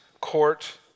court